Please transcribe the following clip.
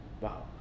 Wow